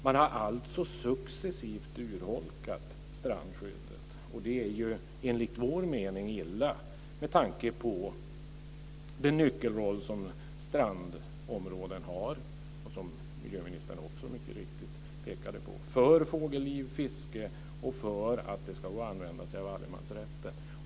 Man har alltså successivt urholkat strandskyddet. Enligt vår mening är det illa med tanke på den nyckelroll som strandområden har - och som miljöministern också mycket riktigt pekade på - för fågelliv och fiske och för att det ska gå att använda sig av allemansrätten.